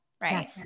right